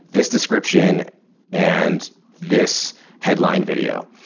this description and this headline video.